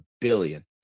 billion